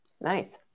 Nice